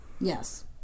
Yes